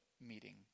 meeting